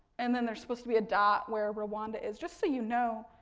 and then there's supposed to be a dot where rwanda is. just so you know,